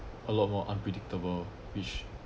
a lot more unpredictable which